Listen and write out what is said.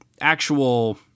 actual